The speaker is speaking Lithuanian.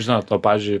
žinot o pavyzdžiui